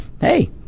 hey